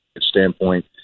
standpoint